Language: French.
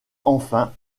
enfin